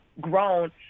grown